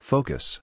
Focus